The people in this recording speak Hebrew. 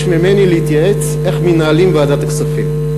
ממני להתייעץ איך מנהלים את ועדת הכספים.